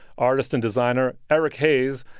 artist and designer eric haze,